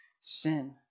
sin